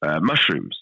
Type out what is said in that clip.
Mushrooms